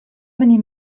many